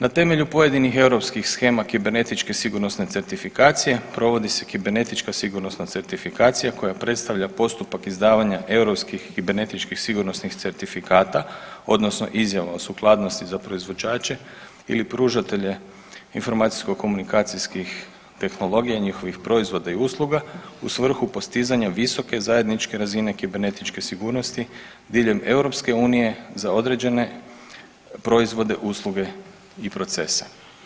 Na temelju pojedinih europskih shema kibernetičke sigurnosne certifikacije provodi se kibernetička sigurnosna certifikacija koja predstavlja postupak izdavanja europskih kibernetičkih sigurnosnih certifikata odnosno Izjava o sukladnosti za proizvođače ili pružatelje informacijsko-komunikacijskih tehnologija, njihovih proizvoda i usluga u svrhu postizanja visoke zajedničke razine kibernetičke sigurnosti diljem EU za određene proizvode, usluge i procese.